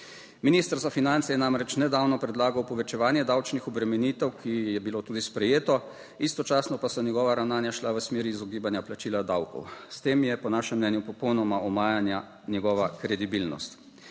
Minister za finance je namreč nedavno predlagal povečevanje davčnih obremenitev, ki je bilo tudi sprejeto, istočasno pa so njegova ravnanja šla v smeri izogibanja plačila davkov. S tem je po našem mnenju popolnoma omajana njegova kredibilnost.